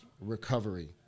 recovery